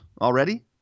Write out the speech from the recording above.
already